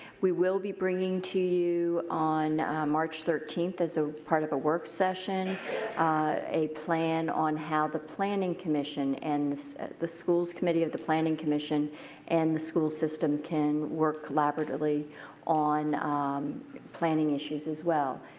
we will bring to you on march thirteen as ah part of a work session a plan on how the planning commission and the schools committee of the planning commission and the school system can work collaboratively on planning issues as well.